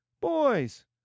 boys